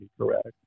correct